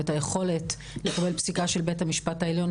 את היכולת לקבל פסיקה של בית המשפט העליון,